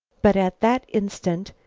but at that instant,